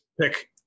pick